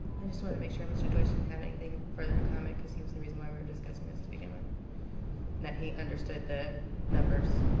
i just wanted to make sure mr. deutsch didn't have anything further to comment because he was the reason we were discussing this to begin with and that he understood the numbers.